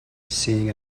seeing